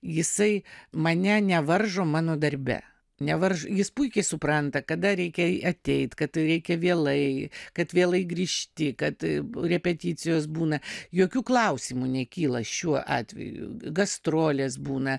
jisai mane nevaržo mano darbe nevaržo jis puikiai supranta kada reikia ateit kad reikia vėlai kad vėlai grįžti kad repeticijos būna jokių klausimų nekyla šiuo atveju gastrolės būna